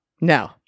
no